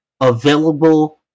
available